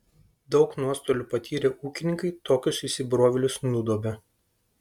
daug nuostolių patyrę ūkininkai tokius įsibrovėlius nudobia